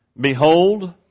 Behold